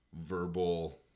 verbal